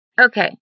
Okay